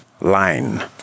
line